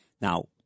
Now